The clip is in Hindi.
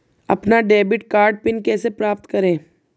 अपना डेबिट कार्ड पिन कैसे प्राप्त करें?